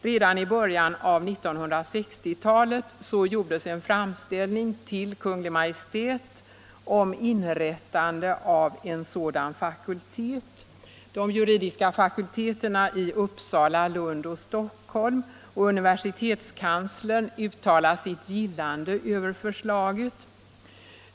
Redan i början av 1960-talet gjordes en framställning till Kungl. Maj:t om inrättande av en sådan fakultet. De juridiska fakulteterna i Uppsala, Lund och Stockholm och universitetskanslern uttalade sitt gillande över förslaget.